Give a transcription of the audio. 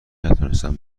نتونستن